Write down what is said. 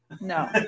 No